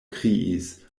kriis